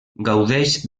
gaudeix